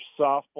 softball